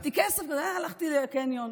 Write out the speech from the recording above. כסף, הלכתי לקניון,